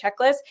checklist